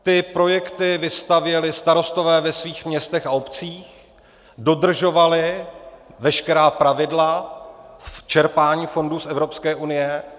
Ty projekty vystavěli starostové ve svých městech a obcích, dodržovali veškerá pravidla v čerpání fondů z Evropské unie.